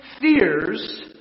fears